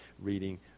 reading